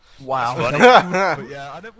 Wow